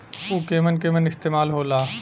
उव केमन केमन इस्तेमाल हो ला?